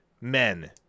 men